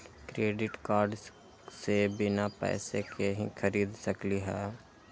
Credit card से बिना पैसे के ही खरीद सकली ह?